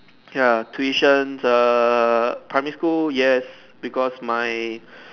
ya tuition err primary school yes because my